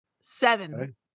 Seven